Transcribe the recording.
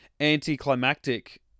anticlimactic